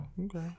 Okay